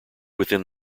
within